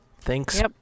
Thanks